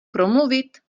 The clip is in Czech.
promluvit